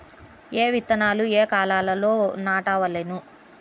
ఏ విత్తనాలు ఏ కాలాలలో నాటవలెను?